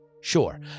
Sure